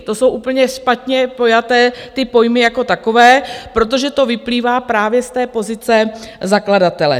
To jsou úplně špatně pojaté ty pojmy jako takové, protože to vyplývá právě z té pozice zakladatele.